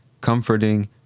comforting